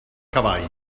cavall